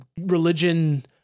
religion